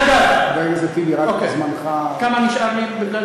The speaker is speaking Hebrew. אגב, חבר הכנסת טיבי, רק זמנך, כמה נשאר לי?